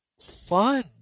fun